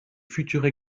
futures